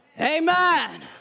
Amen